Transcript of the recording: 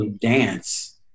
Dance